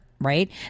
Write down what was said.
Right